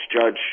judge